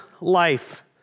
life